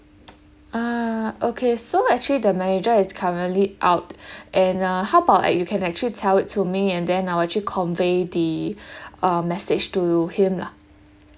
ah okay so actually the manager is currently out and uh how about like you can actually tell it to me and then I'll actually convey the um message to him lah